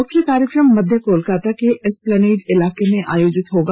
मुख्य कार्यक्रम मध्य् कोलकाता के एस्लीने नेड इलाके में आयोजित होगा